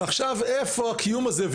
ועכשיו איפה הקיום הזה,